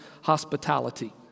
hospitality